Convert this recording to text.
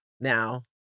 Now